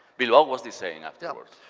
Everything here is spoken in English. bilbao was the same afterwards.